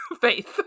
faith